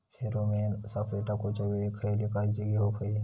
Pheromone सापळे टाकूच्या वेळी खयली काळजी घेवूक व्हयी?